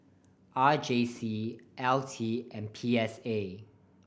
R J C L T and P S A